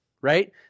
right